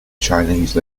chinese